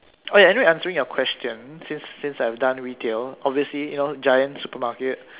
oh ya anyway answering your question since since I've done retail obviously you know giant supermarket